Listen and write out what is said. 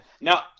now